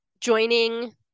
joining